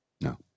No